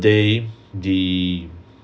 day the